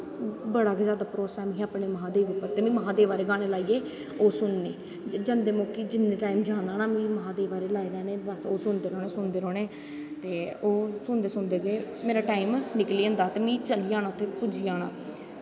बड़ा गै जादा भरोसा ऐ अपनें महांदेव पर ते में महांदेव आह्ले गानें लाई ले ते ओह् सुनी ले जंदे मौके जिन्ने मौके जाना ना महादेव आह्ले लाई लैने ओह् सुनदे रौह्ना ओह् सुनदे रौह्ना ते ओह् सुनदे सुनदे गै मेरा टैम निकली जंदा ते में पुज्जी जाना